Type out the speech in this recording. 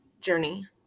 journey